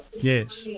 yes